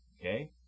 okay